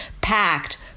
packed